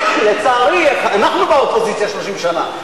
לצערי אנחנו באופוזיציה 30 שנה.